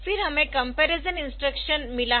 फिर हमें comparison instruction मिला है